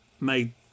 made